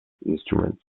instruments